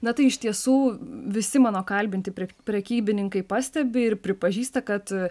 na tai iš tiesų visi mano kalbinti prekybininkai pastebi ir pripažįsta kad